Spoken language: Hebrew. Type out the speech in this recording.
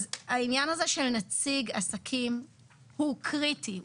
אז העניין הזה של נציג עסקים הוא קריטי,